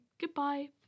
Goodbye